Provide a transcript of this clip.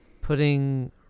putting